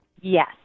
Yes